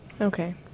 okay